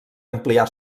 ampliar